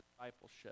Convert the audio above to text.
discipleship